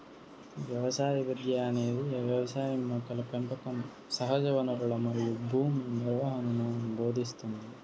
వ్యవసాయ విద్య అనేది వ్యవసాయం మొక్కల పెంపకం సహజవనరులు మరియు భూమి నిర్వహణను భోదింస్తుంది